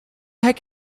heck